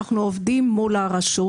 אנחנו עובדים מול הרשות.